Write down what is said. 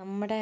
നമ്മുടെ